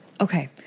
Okay